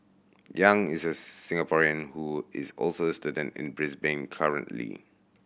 yang is a Singaporean who is also a student in Brisbane currently